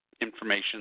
information